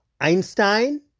Einstein